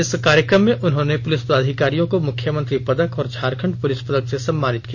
इस कार्यक्रम में उन्होंने पुलिस पदाधिकारियों को मुख्यमंत्री पदक और झारखंड पुलिस पदक से सम्मानित किया